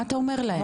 מה אתה אומר להם?